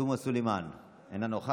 חברת הכנסת עאידה תומא סלימאן אינה נוכחת.